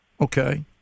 Okay